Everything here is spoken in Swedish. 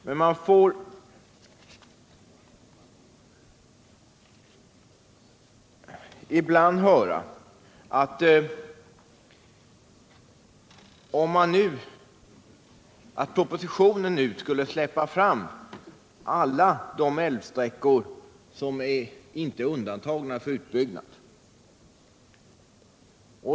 Man får - Norrland ibland höra den uppfattningen framföras att propositionens förslag skulle innebära fritt fram för utbyggnad av alla de älvsträckor som inte undantas från utbyggnad.